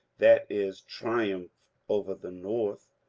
that is, triumph over the north.